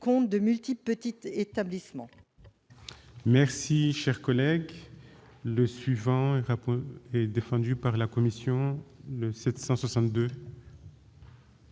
compte de multiples petits établissements.